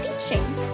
teaching